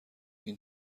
این